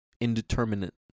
Indeterminate